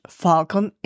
falcon